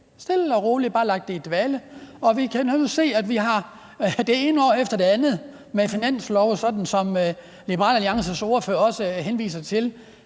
stille og roligt bare lagt det i dvale, og vi kan nu se det ene år efter det andet med finansloven, sådan som Liberal Alliances ordfører også henviser til,